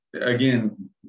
again